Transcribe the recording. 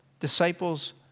Disciples